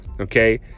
okay